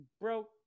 bro